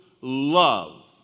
love